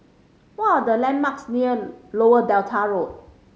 what are the landmarks near Lower Delta Road